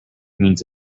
means